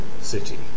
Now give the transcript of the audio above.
city